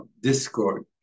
discord